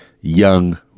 young